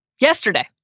Yesterday